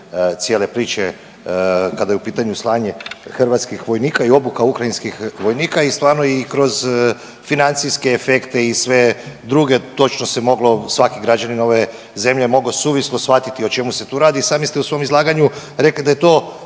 cijele priče kada je u pitanju slanje hrvatskih vojnika i obuka ukrajinskih vojnika i stvarno i kroz financijske efekte i sve druge točno se moglo, svaki građanin ove zemlje mogao suvislo shvatiti o čemu se tu radi. I sami ste u svom izlaganju rekli da je to